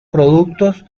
productos